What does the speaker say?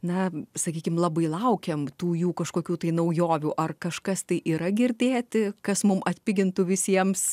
na sakykim labai laukiam tų jų kažkokių tai naujovių ar kažkas tai yra girdėti kas mum atpigintų visiems